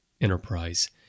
Enterprise